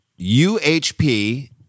UHP